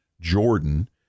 Jordan